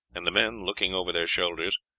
and the men, looking over their shoulders,